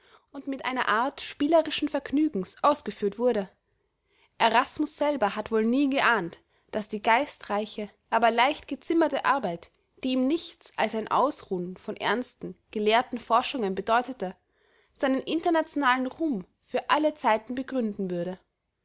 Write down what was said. und mit einer art spielerischen vergnügens ausgeführt wurde erasmus selber hat wohl nie geahnt daß die geistreiche aber leicht gezimmerte arbeit die ihm nichts als ein ausruhen von ernsten gelehrten forschungen bedeutete seinen internationalen ruhm für alle zeiten begründen würde